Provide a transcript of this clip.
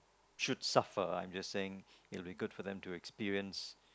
should suffer I'm just saying it would be good for them to experience